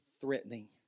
threatening